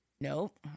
nope